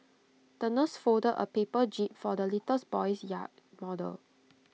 the nurse folded A paper jib for the little boy's yacht model